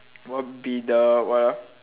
would be the what ah